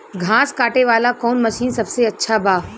घास काटे वाला कौन मशीन सबसे अच्छा बा?